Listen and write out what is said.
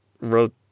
wrote